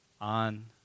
on